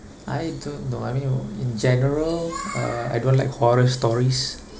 I don't know I mean in general uh I don't like horror stories